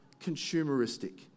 consumeristic